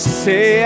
say